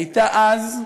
הייתה אז,